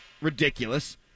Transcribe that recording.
ridiculous